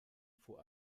vor